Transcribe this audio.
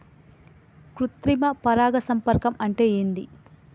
కృత్రిమ పరాగ సంపర్కం అంటే ఏంది?